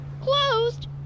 Closed